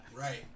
Right